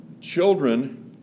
children